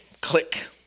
Click